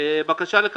חוק תכנון משק החלב),